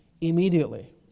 immediately